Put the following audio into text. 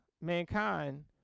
mankind